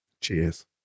Cheers